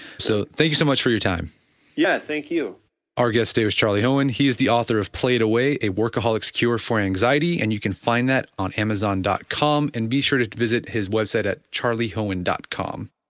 so thank you so much for your time yeah, thank you our guest today was charlie hoehn, he is the author of play it away a workaholics cure for anxiety and you can find that on amazon dot com and be sure to visit his website at charliehoehn dot com.